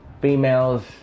females